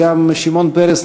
וגם שמעון פרס,